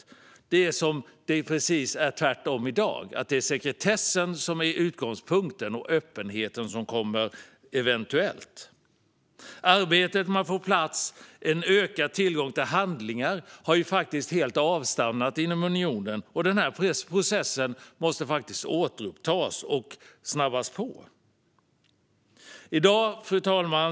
I dag är det som om det är precis tvärtom: Sekretessen är utgångspunkten, och öppenheten kommer eventuellt. Arbetet med att få en ökad tillgång till handlingar på plats har faktiskt helt avstannat inom unionen, och denna process måste återupptas och snabbas på. Fru talman!